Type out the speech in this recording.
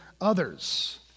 others